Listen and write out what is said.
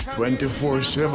24-7